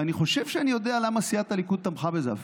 ואני חושב שאני אפילו יודע למה סיעת הליכוד תמכה בזה: